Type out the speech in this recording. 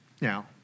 Now